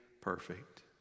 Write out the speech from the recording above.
perfect